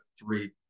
three